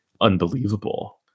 unbelievable